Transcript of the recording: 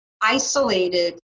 isolated